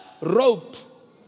rope